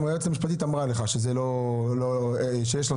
גם היועצת המשפטית אמרה לך שיש לנו